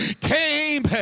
came